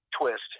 twist